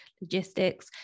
logistics